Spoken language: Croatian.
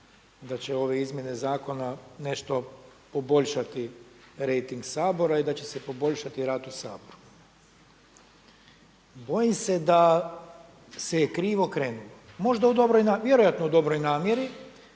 da će ove izmjene zakona nešto poboljšati rejting Sabora i da će se poboljšati rad u Saboru. I bojim se da se je krivo krenulo, možda u dobroj namjeri,